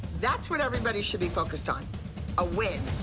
that's what everybody should be focused on a win.